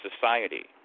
society